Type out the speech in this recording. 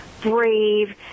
brave